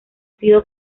sido